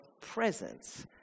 presence